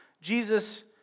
Jesus